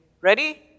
ready